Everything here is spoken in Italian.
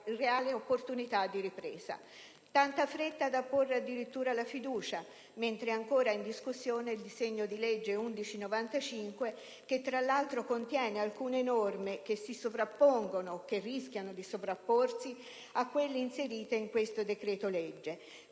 reale opportunità di ripresa. Tanta fretta da porre addirittura la questione di fiducia, mentre è ancora in discussione il disegno di legge n. 1195, che, tra l'altro, contiene alcune norme che si sovrappongono o rischiano di sovrapporsi a quelle inserite in questo decreto-legge: